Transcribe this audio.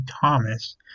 Thomas